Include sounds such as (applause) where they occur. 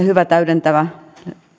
(unintelligible) hyvä täydentävä